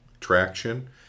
traction